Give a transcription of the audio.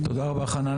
תודה רבה, חנן.